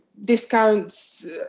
discounts